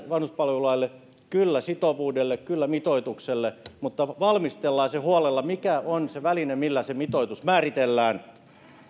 vanhuspalvelulaille kyllä sitovuudelle kyllä mitoitukselle mutta valmistellaan huolella mikä on se väline millä se mitoitus määritellään